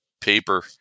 paper